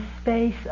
space